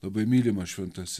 labai mylimas šventasis